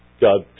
God